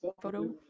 photo